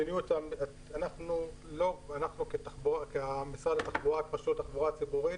אנחנו כמשרד התחבורה, כרשות התחבורה הציבורית,